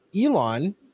Elon